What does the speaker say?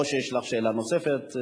או שיש לך שאלה נוספת.